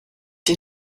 den